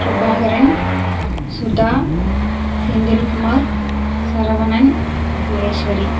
Prabhakaran Sudha Senthilkumar Saravanan Maheshwari